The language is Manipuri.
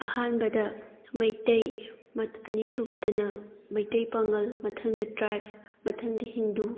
ꯑꯍꯥꯟꯕꯗ ꯃꯩꯇꯩ ꯑꯅꯤꯁꯨꯕꯗꯅ ꯃꯩꯇꯩ ꯄꯥꯡꯉꯜ ꯃꯊꯪꯗ ꯇ꯭ꯔꯥꯏꯞ ꯃꯊꯪꯗꯤ ꯍꯤꯟꯗꯨ